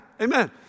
amen